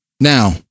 Now